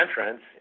entrance